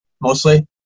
mostly